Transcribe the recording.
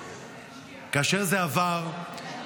כאשר זה עבר,